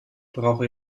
brauche